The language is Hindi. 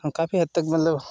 काफ़ी हद तक मतलब